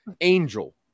angel